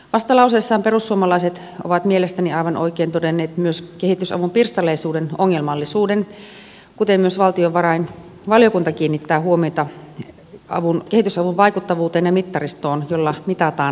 vastalauseessaan perussuomalaiset ovat mielestäni aivan oikein todenneet myös kehitysavun pirstaleisuuden ongelmallisuuden kuten myös valtiovarainvaliokunta kiinnittää huomiota kehitysavun vaikuttavuuteen ja mittaristoon jolla mitataan luotettavasti